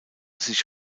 sich